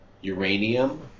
uranium